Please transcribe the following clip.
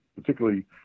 particularly